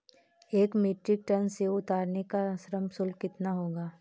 एक metric tonne सेव उतारने का श्रम शुल्क कितना होगा?